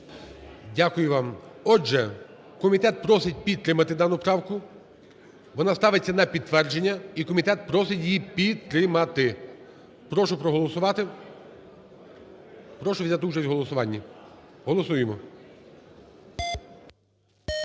Дякую вам. Отже, комітет просить підтримати дану правку, вона ставиться на підтвердження і комітет просить її підтримати. Прошу проголосувати, прошу взяти участь в голосуванні, голосуємо.